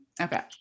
okay